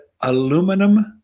aluminum